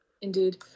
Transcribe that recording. Indeed